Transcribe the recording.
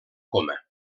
coma